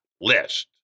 list